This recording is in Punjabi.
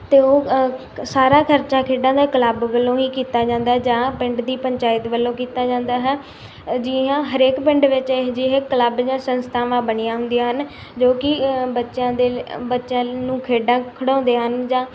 ਅਤੇ ਉਹ ਸਾਰਾ ਖ਼ਰਚਾ ਖੇਡਾਂ ਦਾ ਕਲੱਬ ਵੱਲੋਂ ਹੀ ਕੀਤਾ ਜਾਂਦਾ ਜਾਂ ਪਿੰਡ ਦੀ ਪੰਚਾਇਤ ਵੱਲੋਂ ਕੀਤਾ ਜਾਂਦਾ ਹੈ ਜੀ ਹਾਂ ਹਰੇਕ ਪਿੰਡ ਵਿੱਚ ਇਹੋ ਜਿਹੇ ਕਲੱਬ ਜਾਂ ਸੰਸਥਾਵਾਂ ਬਣੀਆਂ ਹੁੰਦੀਆਂ ਹਨ ਜੋ ਕਿ ਬੱਚਿਆਂ ਦੇ ਬੱਚਿਆਂ ਨੂੰ ਖੇਡਾਂ ਖਿਡਾਉਂਦੇ ਹਨ ਜਾਂ